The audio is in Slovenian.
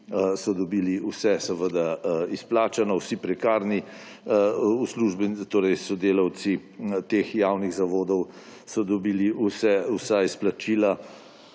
so dobili vse izplačano, vsi prekarni uslužbenci, torej sodelavci teh javnih zavodov so dobili vsa izplačila,